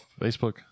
Facebook